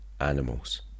animals